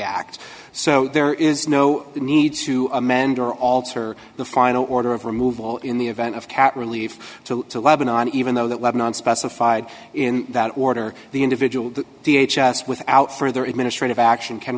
act so there is no need to amend or alter the final order of removal in the event of cat relief to lebanon even though that lebanon specified in that order the individual the t h s without further administrative action can